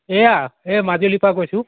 এয়া এই মাজুলীৰপৰা কৈছোঁ